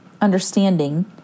understanding